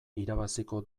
irabaziko